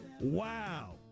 Wow